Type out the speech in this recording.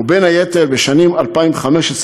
ובין היתר בשנים 2015,